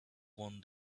won